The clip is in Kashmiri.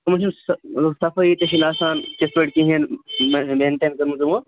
یِمَن چھُنہٕ صفٲیی تہِ آسان تِتھٕ پٲٹھۍ کِہیٖنٛۍ میٚن میٚنٹین کٔرمٕژ یِمو